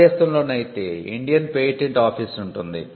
భారతదేశంలోనైతే Indian patent office ఉంటుంది